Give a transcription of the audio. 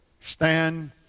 Stand